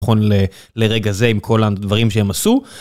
נכון לרגע הזה עם כל הדברים שהם עשו.